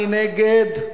מי נגד?